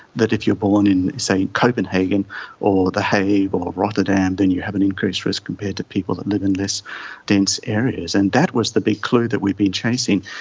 that if you are born in, say, copenhagen or the hague but or rotterdam then you have an increased risk compared to people that live in less dense areas. and that was the big clue that we've been chasing.